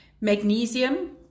Magnesium